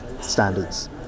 standards